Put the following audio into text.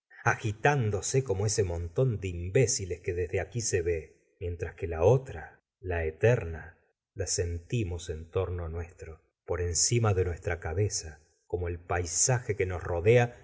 tanto agitándose como ese montón de imbéciles que desde aquí se ve mientras que la otra la eterna la sentimos en torno nuestro por encima de nuestra cabeza como el paisaje que nos rodea